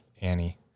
Annie